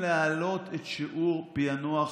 להעלות את שיעור פיענוח